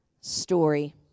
story